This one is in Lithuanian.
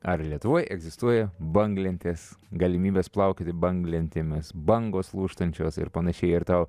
ar lietuvoj egzistuoja banglentės galimybės plaukioti banglentėmis bangos lūžtančios ir panašiai ir tau